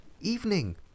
evening